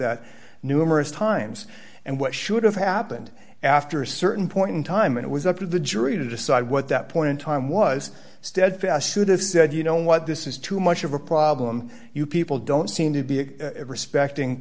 that numerous times and what should have happened after a certain point in time it was up to the jury to decide what that point in time was steadfast should have said you know what this is too much of a problem you people don't seem to be respecting